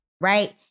Right